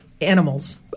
animals